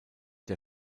der